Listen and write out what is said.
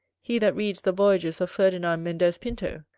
he that reads the voyages of ferdinand mendez pinto,